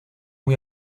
muy